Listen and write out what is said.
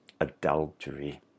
adultery